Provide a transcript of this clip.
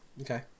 Okay